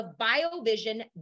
BioVision